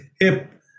hip